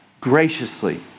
graciously